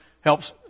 helps